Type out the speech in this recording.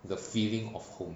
the feeling of home